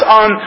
on